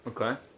Okay